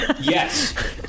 Yes